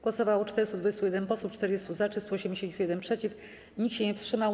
Głosowało 421 posłów, 40 - za, 381 - przeciw, nikt się nie wstrzymał.